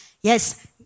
yes